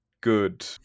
Good